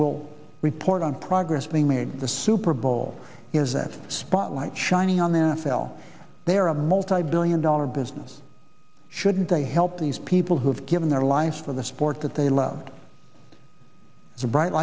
will report on progress being made at the super bowl is that spotlight shining on the n f l they are a multibillion dollar business shouldn't they help these people who have given their lives for the sport that they loved as a bright